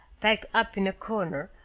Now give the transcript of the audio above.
packed up in a corner,